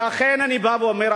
לכן אני בא ואומר,